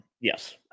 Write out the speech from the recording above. Yes